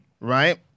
right